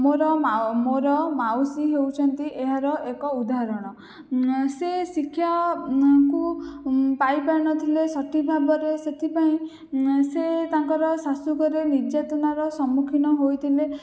ମୋର ମୋର ମାଉସୀ ହେଉଛନ୍ତି ଏହାର ଏକ ଉଦାହରଣ ସେ ଶିକ୍ଷା କୁ ପାଇପାରିନଥିଲେ ସଠିକ୍ ଭାବରେ ସେଥିପାଇଁ ସେ ତାଙ୍କର ଶାଶୁଘରେ ନିର୍ଯାତନାର ସମ୍ମୁଖୀନ ହୋଇଥିଲେ